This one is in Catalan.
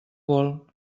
vol